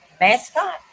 mascot